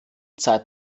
zeit